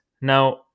Now